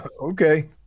Okay